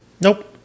Nope